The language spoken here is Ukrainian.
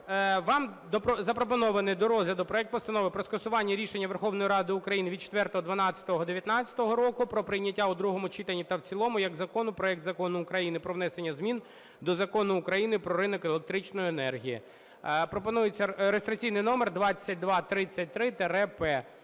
вам запропонований до розгляду проект Постанови про скасування рішення Верховної Ради України від 04.12.2019 року про прийняття у другому читанні та в цілому як закону проекту Закону України про внесення змін до Закону України "Про ринок електричної енергії", (реєстраційний номер 2233-П).